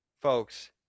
folks